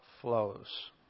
flows